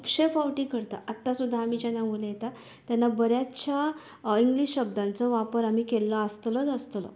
खुबशें फावटी करता आत्ता सुद्दां आमी जेन्ना उलयता तेन्ना बऱ्यांचश्या इंग्लीश शब्दांचो वापर आमी केल्लो आसतलोंच आसतलो